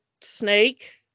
snake